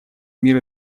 мир